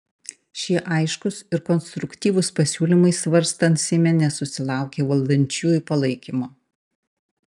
šie aiškūs ir konstruktyvūs pasiūlymai svarstant seime nesusilaukė valdančiųjų palaikymo